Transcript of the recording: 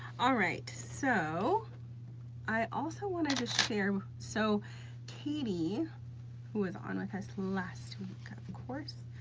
um right, so i also wanted to share. so katie, who was on with us last week of course.